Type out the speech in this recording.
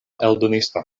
eldonisto